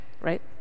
right